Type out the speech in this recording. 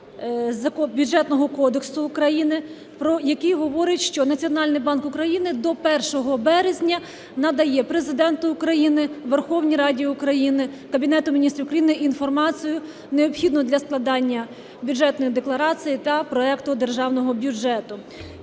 33 Бюджетного кодексу України, який говорить, що Національний банк України до 1 березня надає Президенту України, Верховній Раді України, Кабінету Міністрів України інформацію, необхідну для складання Бюджетної декларації та проекту державного бюджету.